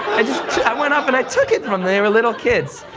i went up and i took it from them, they were little kids.